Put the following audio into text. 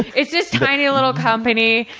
it's this tiny little company,